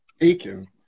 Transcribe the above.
Aiken